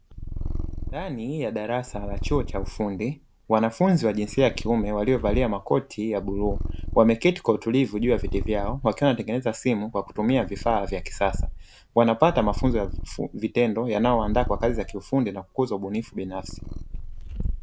Ndani ya darasa la chuo cha ufundi, wanafunzi wa jinsia ya kiume waliovalia makoti ya bluu, wameketi kwa utulivu juu ya viti vyao, wakiwa wanatengeneza simu kwa vifaa vya kisasa, wanapata mafunzo ya vitendo, yanayowaandaa kwa kazi za kiufundi na ubunifu binafsi.